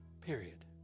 period